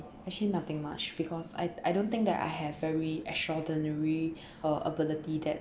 actually nothing much because I I don't think that I have very extraordinary uh ability that